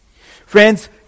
Friends